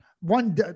one